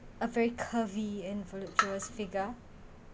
a very curvy and voluptuous figure